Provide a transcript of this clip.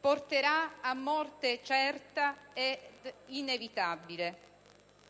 porterà a morte certa ed inevitabile.